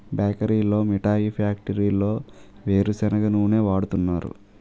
బేకరీల్లో మిఠాయి ఫ్యాక్టరీల్లో వేరుసెనగ నూనె వాడుతున్నారు